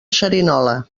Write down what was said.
xerinola